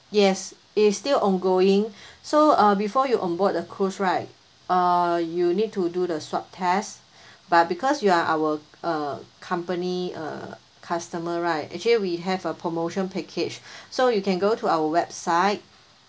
yes it's still ongoing so uh before you on board the cruise right uh you need to do the swab test but because you are our uh company uh customer right actually we have a promotion package so you can go to our website